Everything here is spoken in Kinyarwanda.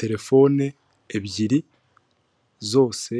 Telefone ebyiri zose